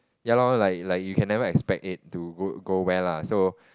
ya lor like like you can never expect it to go go where lah so